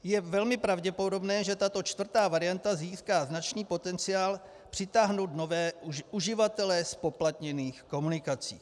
Je velmi pravděpodobné, že tato čtvrtá varianta získá značný potenciál přitáhnout nové uživatele zpoplatněných komunikací.